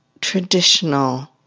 traditional